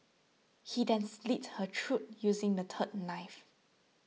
he then slit her throat using the third knife